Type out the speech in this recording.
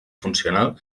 funcional